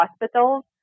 hospitals